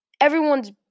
everyone's